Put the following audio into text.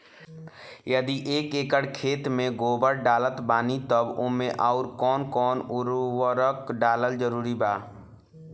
यदि एक एकर खेत मे गोबर डालत बानी तब ओमे आउर् कौन कौन उर्वरक डालल जरूरी बा?